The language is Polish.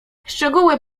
szczegóły